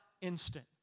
instant